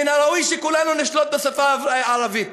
מן הראוי שכולנו נשלוט בשפה הערבית.